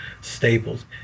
staples